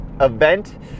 event